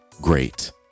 great